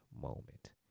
moment